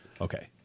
okay